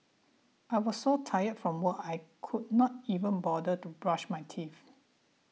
I was so tired from work I could not even bother to brush my teeth